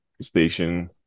station